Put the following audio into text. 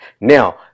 now